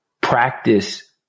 practice